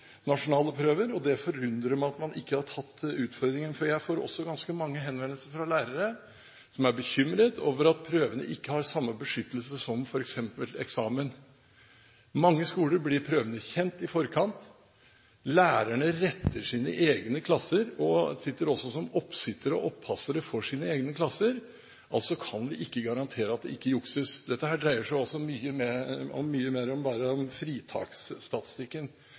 nasjonale prøver. Det forundrer meg at man ikke har tatt utfordringen, for jeg får også ganske mange henvendelser fra lærere som er bekymret over at prøvene ikke har samme beskyttelse som f.eks. eksamen. På mange skoler blir prøvene kjent i forkant, lærerne retter sine egne klasser og sitter også som oppassere for sine egne klasser – altså kan vi ikke garantere at det ikke jukses. Dette dreier seg også om mye mer enn bare om fritaksstatistikken. Det dreier seg om hele gjennomføringen av en